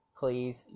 please